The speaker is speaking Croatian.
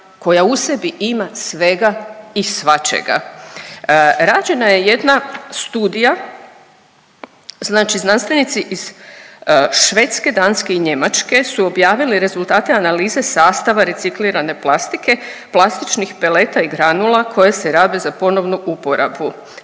koja u sebi ima svega i svačega. Rađena je jedna studija, znači znanstvenici iz Švedske, Danske i Njemačke su objavili rezultate analize sastava reciklirane plastike, plastičnih peleta i granula koje se rabe za ponovnu uporabu